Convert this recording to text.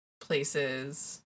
places